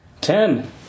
Ten